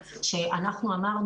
זה מה שאמרנו,